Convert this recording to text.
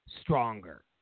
stronger